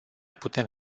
putem